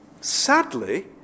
Sadly